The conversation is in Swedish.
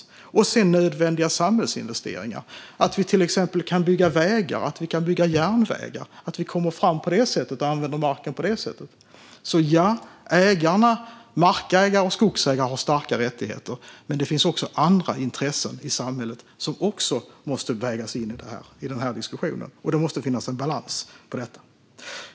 Ibland behöver marken användas för nödvändiga samhällsinvesteringar, att vi till exempel kan bygga vägar och järnvägar. Markägare och skogsägare har starka rättigheter, men det finns också andra intressen i samhället som också måste vägas in i denna diskussion, och det måste finnas en balans i fråga om detta.